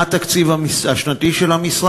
4. מה הוא התקציב השנתי של המשרד?